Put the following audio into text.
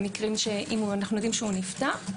אם אנו יודעים שנוא נפטר.